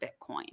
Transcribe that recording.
Bitcoin